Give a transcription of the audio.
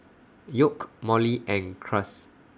York Molly and Cruz